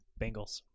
Bengals